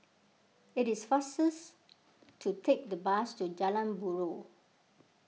it is faster to take the bus to Jalan Buroh